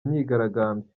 imyigaragambyo